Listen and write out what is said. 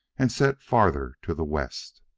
and set farther to the west.